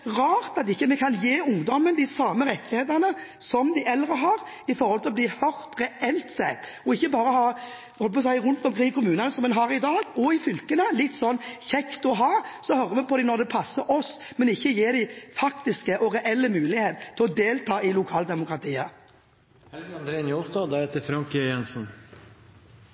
rart at vi ikke kan gi ungdommen de samme rettighetene som de eldre har med hensyn til å bli hørt reelt sett, og ikke bare ha det sånn rundt omkring i kommunene og fylkene, som en har det i dag, at det er litt sånn – jeg holdt på å si – «kjekt å ha», og så hører vi på dem når det passer oss, men vi vil ikke gi dem faktiske og reelle muligheter til å delta i